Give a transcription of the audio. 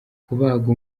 kubaga